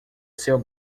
seu